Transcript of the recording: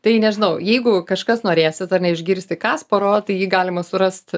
tai nežinau jeigu kažkas norėsit ar ne išgirsti kasparo tai jį galima surast